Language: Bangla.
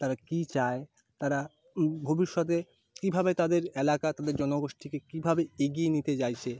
তারা কি চায় তারা ভবিষ্যতে কীভাবে তাদের এলাকা তাদের জনগোষ্ঠীকে কীভাবে এগিয়ে নিতে চাইছে